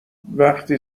وقتی